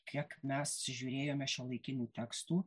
kiek mes žiūrėjome šiuolaikinių tekstų